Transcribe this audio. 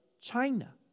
China